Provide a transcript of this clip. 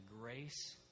grace